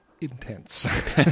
intense